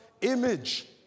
image